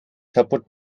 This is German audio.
kaputt